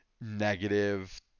negative